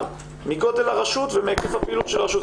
מגודל הרשות ומהיקף הפעילות של הרשות.